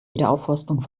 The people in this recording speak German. wiederaufforstung